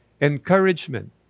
encouragement